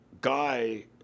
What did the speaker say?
guy